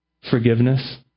forgiveness